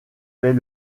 fait